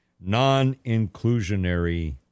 non-inclusionary